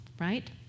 right